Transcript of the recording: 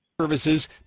services